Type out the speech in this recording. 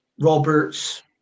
Roberts